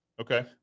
okay